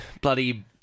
bloody